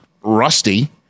rusty –